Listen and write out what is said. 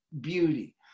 beauty